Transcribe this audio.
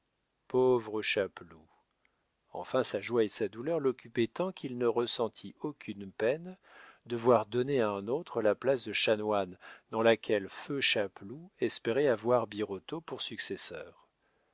pauvre chapeloud enfin sa joie et sa douleur l'occupaient tant qu'il ne ressentit aucune peine de voir donner à un autre la place de chanoine dans laquelle feu chapeloud espérait avoir birotteau pour successeur